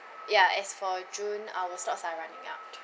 ya as for june our slots are running out